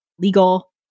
legal